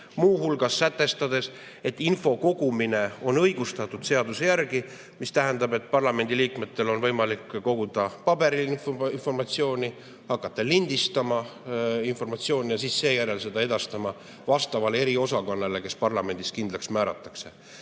muu hulgas sätestades, et info kogumine on seaduse järgi õigustatud, seega parlamendiliikmetel on võimalik koguda paberil informatsiooni, hakata lindistama informatsiooni ja seejärel seda edastama vastavale eriosakonnale, kes parlamendis kindlaks määratakse.